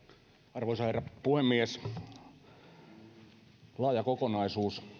arvoisa herra puhemies laaja kokonaisuus